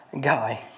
guy